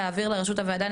בבקשה להעביר לרשות הוועדה,